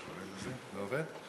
זה עובד?